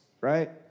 right